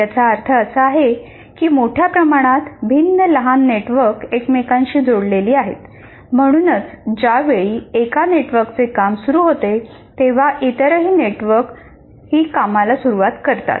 याचा अर्थ असा की मोठ्या प्रमाणात भिन्न लहान नेटवर्क एकमेकांशी जोडलेली आहेत म्हणूनच ज्यावेळी एका नेटवर्कचे काम सुरू होते तेव्हा इतर नेटवर्कही कामाला सुरुवात करतात